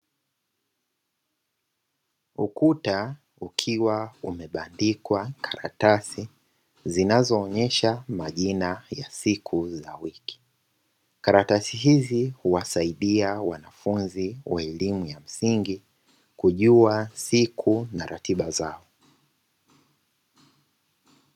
Ukuta ukiwa umebandikwa karatasi zinazoonyesha majina ya siku za wiki, karatasi hizi huwasaida wanafunzi wa elimu ya msingi kujua siku na ratiba zao.